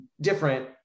different